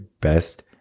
best